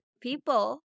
people